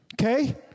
Okay